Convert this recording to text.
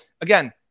again